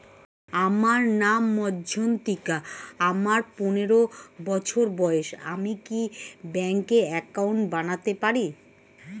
আমার নাম মজ্ঝন্তিকা, আমার পনেরো বছর বয়স, আমি কি ব্যঙ্কে একাউন্ট বানাতে পারি?